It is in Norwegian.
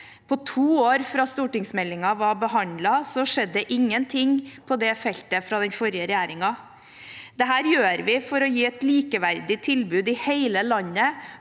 i 2023. Da stortingsmeldingen var behandlet, skjedde det ingen ting på to år på det feltet fra den forrige regjeringen. Dette gjør vi for å gi et likeverdig tilbud i hele landet